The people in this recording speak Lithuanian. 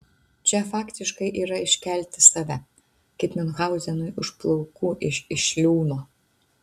čia faktiškai yra iškelti save kaip miunchauzenui už plaukų iš iš liūno